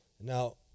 Now